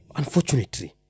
unfortunately